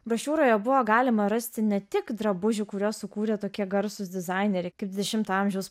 brošiūroje buvo galima rasti ne tik drabužių kuriuos sukūrė tokie garsūs dizaineriai kaip dvidešimto amžiaus